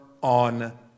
on